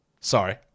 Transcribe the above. Sorry